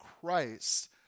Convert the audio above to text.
Christ